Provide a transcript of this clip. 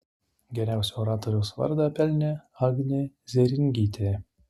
geriausio oratoriaus vardą pelnė agnė zėringytė